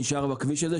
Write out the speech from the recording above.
שנשאר בכביש הזה,